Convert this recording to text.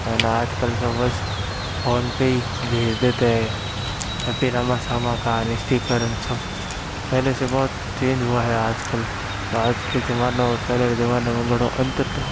है ना आजकल तो बस फोन पर ही भेज देते हैं हैपी रामा सामा का अनष्टिकरण सब पहले से बहुत चेंज हुआ है आजकल आज के जमानें और पहले के जमानें में बड़ा अंतर था